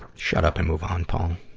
shut up and move on, paul.